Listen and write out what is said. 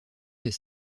des